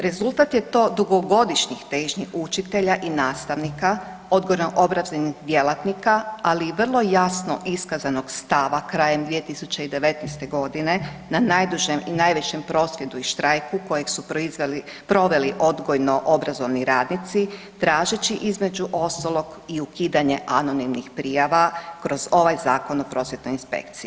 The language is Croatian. Rezultat je to dugogodišnjih težnji učitelja i nastavnika, odgojno obrazovnih djelatnika, ali i vrlo jasno iskazanog stavaka krajem 2019.g. na najdužem i najvišem prosvjedu i štrajku kojeg su proveli odgojno obrazovni radnici tražeći između ostalog i ukidanje anonimnih prijava kroz ovaj Zakon o prosvjetnoj inspekciji.